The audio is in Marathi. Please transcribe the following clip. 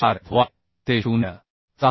4 Fy ते 0